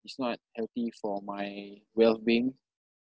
it's not healthy for my well being